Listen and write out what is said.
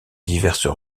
diverses